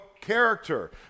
character